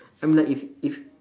I mean like if if